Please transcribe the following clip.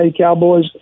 Cowboys